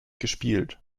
gespielt